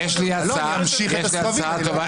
--- יש לי הצעה אולי יותר טובה.